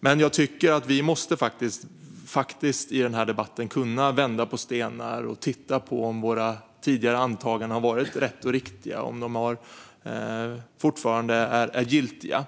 Men jag tycker att vi i denna debatt faktiskt måste kunna vända på stenar och titta på om våra tidigare antaganden har varit rätta och riktiga och om de fortfarande är giltiga.